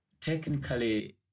technically